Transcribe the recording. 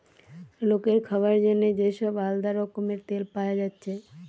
লোকের খাবার জন্যে যে সব আলদা রকমের তেল পায়া যাচ্ছে